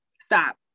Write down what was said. Stop